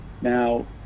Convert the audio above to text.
Now